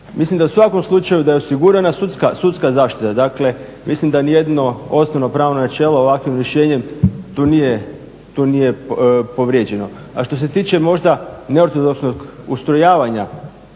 Mislim da je u svakom slučaju osigurana sudska zaštita, dakle mislim da nijedno osnovno pravno načelo ovakvim rješenjem tu nije povrijeđeno. A što se tiče možda neortodoksnog ustrojavanja